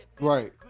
Right